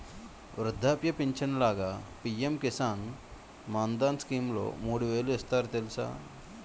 వృద్ధాప్య పించను లాగా పి.ఎం కిసాన్ మాన్ధన్ స్కీంలో మూడు వేలు ఇస్తారు తెలుసా?